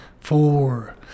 four